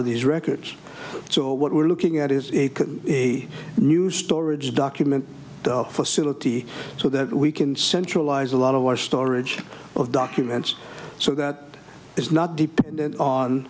of these records so what we're looking at is a new storage document facility so that we can centralize a lot of our storage of documents so that it's not dependent on